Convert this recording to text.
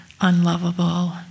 unlovable